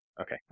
Okay